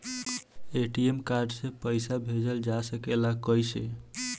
ATM card से पइसा भेजल जा सकेला कइसे?